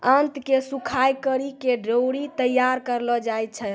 आंत के सुखाय करि के डोरी तैयार करलो जाय छै